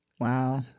Wow